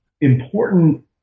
important